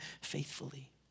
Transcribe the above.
faithfully